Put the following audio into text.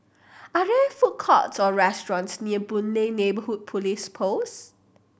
are there food courts or restaurants near Boon Lay Neighbourhood Police Post